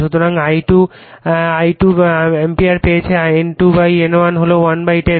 সুতরাং I2 20 ampere পেয়েছে এবং N2N1 হল 110